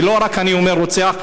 ולא רק אני אומר רוצח,